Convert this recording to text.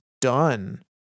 done